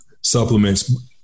supplements